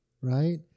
right